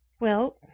Well